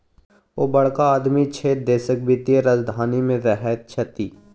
ओ बड़का आदमी छै देशक वित्तीय राजधानी मे रहैत छथि